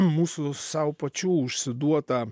mūsų sau pačių užsiduotą